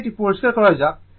সুতরাং এটি পরিষ্কার করা যাক